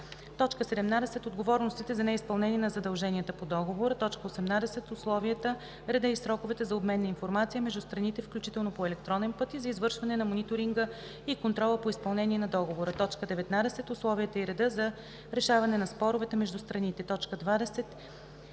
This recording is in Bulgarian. модел; 17. отговорностите за неизпълнение на задълженията по договора; 18. условията, реда и сроковете за обмен на информация между страните, включително по електронен път, и за извършване на мониторинга и контрола по изпълнение на договора; 19. условията и реда за решаване на споровете между страните; 20.